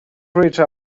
reached